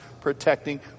protecting